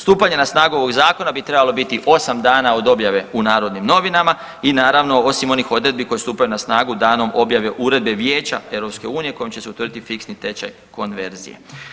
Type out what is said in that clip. Stupanje na snagu ovog zakona bi trebalo biti osam dana od objave u Narodnim novinama i naravno osim onih odredbi koje stupaju na snagu danom objave Uredbe Vijeća EU kojom će se utvrditi fiksni tečaj konverzije.